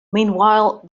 meanwhile